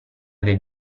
del